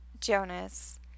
Jonas